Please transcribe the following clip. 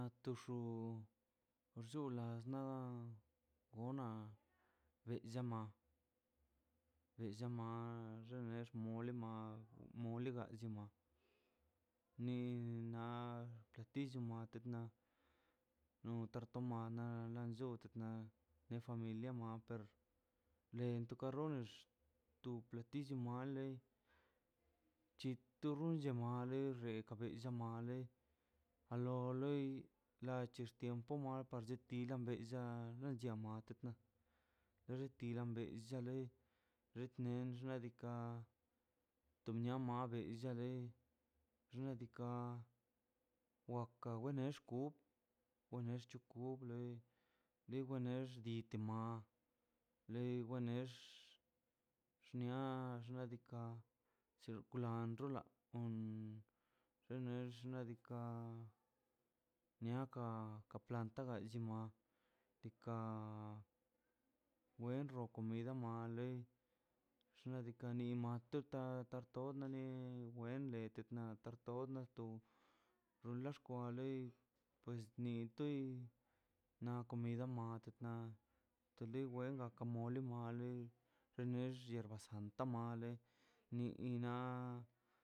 Na tu xu naxunla xnaꞌ gonan bellama bellama we xa mole ma mole malliga ni na katillo ma no tarta mana nan llote na ne familia ner per lento karroners tu platilo male chintu rrone mache rekan nchuka mal a lo loi lach er tiempo ma kwasitile bez ta chyiyamte mas lor tiran bez llia lei ret nen xnaꞌ diikaꞌ to mnia made chllia xnaꞌ diikaꞌ waka winexku wenexchu ku dike nex dite ma le we nex xnia xnaꞌ diikaꞌ chirkwilando la um xena xnaꞌ diikaꞌ niaka ka planta lliaka na tika wen rro comida wa lei xnaꞌ diika' matu ta tato mani wen let tena tat tod na to xunla xkwale pues ni toi na comida ma nateka te lo wei wakamole ma lei rene hierba santa male niinaꞌ